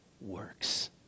works